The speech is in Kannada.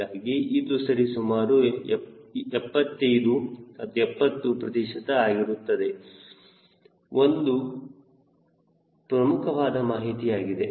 ಹೀಗಾಗಿ ಇದು ಸರಿಸುಮಾರು 75 70 ಪ್ರತಿಶತ ಆಗಿರುತ್ತದೆ ಇದು ಒಂದು ಪ್ರಮುಖವಾದ ಮಾಹಿತಿಯಾಗಿದೆ